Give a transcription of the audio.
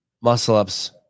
muscle-ups